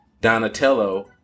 Donatello